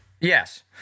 Yes